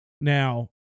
Now